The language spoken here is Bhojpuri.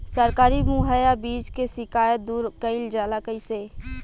सरकारी मुहैया बीज के शिकायत दूर कईल जाला कईसे?